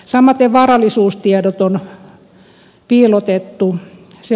samaten varallisuustiedot on piilotettu